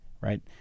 Right